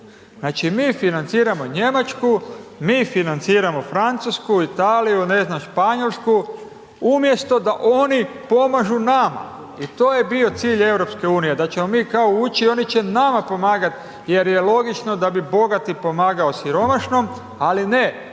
Znači mi financiramo Njemačku, mi financiramo Francusku, Italiju ne znam Španjolsku, umjesto da oni pomažu nama. I to je bio cilj EU, da ćemo mi kao ući i oni će kao nama pomagati jer je logično da bi bogati pomagao siromašnom, ali ne